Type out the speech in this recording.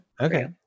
Okay